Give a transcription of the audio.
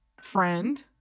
friend